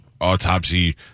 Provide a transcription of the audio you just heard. autopsy